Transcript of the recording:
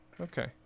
okay